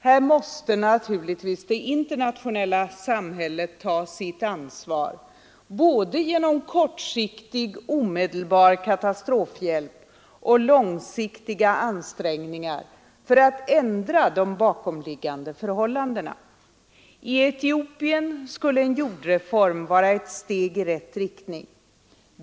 Här måste naturligtvis det internationella samhället ta sitt ansvar både genom kortsiktig omedelbar katastrofhjälp och genom långsiktiga ansträngningar för att ändra de bakomliggande förhållandena. I Etiopien skulle en jordreform vara ett steg i rätt riktning.